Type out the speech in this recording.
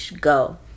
go